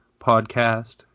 podcast